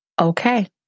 Okay